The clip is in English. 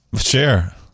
Sure